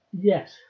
Yes